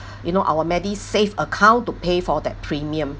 you know our medisave account to pay for that premium